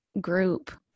group